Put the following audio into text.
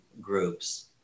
groups